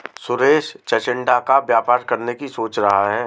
सुरेश चिचिण्डा का व्यापार करने की सोच रहा है